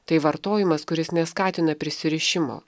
tai vartojimas kuris neskatina prisirišimo